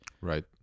Right